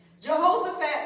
Jehoshaphat